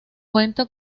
cuenta